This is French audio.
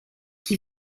qui